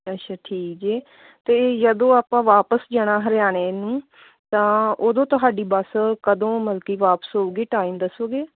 ਅੱਛਾ ਠੀਕ ਹੈ ਅਤੇ ਜਦੋਂ ਆਪਾਂ ਵਾਪਸ ਜਾਣਾ ਹਰਿਆਣੇ ਨੂੰ ਤਾਂ ਉਦੋਂ ਤੁਹਾਡੀ ਬੱਸ ਕਦੋਂ ਮਤਲਬ ਕਿ ਵਾਪਸ ਹੋਊਗੀ ਟਾਈਮ ਦੱਸੋਗੇ